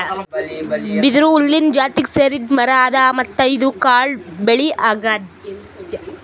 ಬಿದಿರು ಹುಲ್ಲಿನ್ ಜಾತಿಗ್ ಸೇರಿದ್ ಮರಾ ಅದಾ ಮತ್ತ್ ಇದು ಕಾಡ್ ಬೆಳಿ ಅಗ್ಯಾದ್